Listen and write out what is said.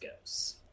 goes